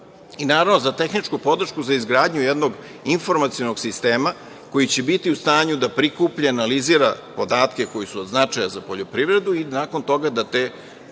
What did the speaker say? i, naravno, za tehničku podršku za izgradnju jednog informacionog sistema, koji će biti u stanju da prikuplja i analizira podatke koji su od značaja za poljoprivredu i nakon toga da te